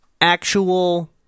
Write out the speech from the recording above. actual